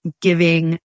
giving